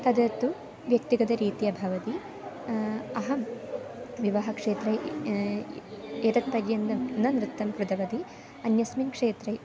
तद् तु व्यक्तिगतरीत्या भवति अहं विवाहक्षेत्रे एतत् पर्यन्तं न नृत्तं कृतवती अन्यस्मिन् क्षेत्रे